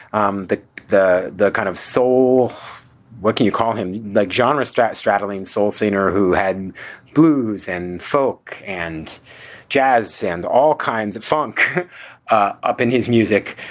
um the the kind of soul what can you call him? the genre strat straddling soul singer who had blues and folk and jazz and all kinds of funk up in his music.